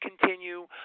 continue